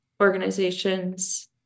organizations